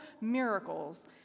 miracles